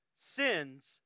sins